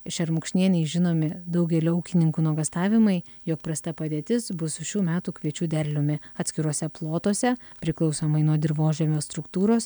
šermukšnienei žinomi daugelio ūkininkų nuogąstavimai jog prasta padėtis bus su šių metų kviečių derliumi atskiruose plotuose priklausomai nuo dirvožemio struktūros